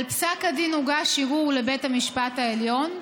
על פסק הדין הוגש ערעור לבית המשפט העליון,